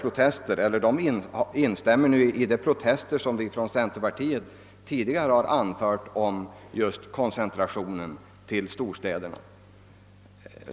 Arbetarkommunen instämmer alltså i de protester som vi tidigare anfört mot koncentrationen till storstäderna via investeringsfonderna.